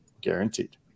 guaranteed